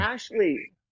Ashley